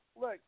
look